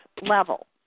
level